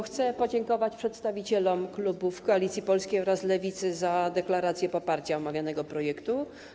Chcę podziękować przedstawicielom klubów Koalicji Polskiej oraz Lewicy za deklaracje poparcia omawianego projektu.